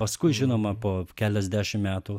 paskui žinoma po keliasdešim metų